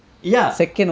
ya